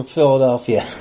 Philadelphia